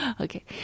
Okay